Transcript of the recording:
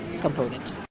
component